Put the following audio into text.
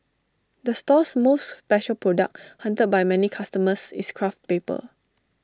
the store's most special product hunted by many customers is craft paper